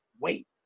wait